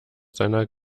seiner